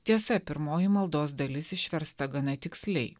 tiesa pirmoji maldos dalis išversta gana tiksliai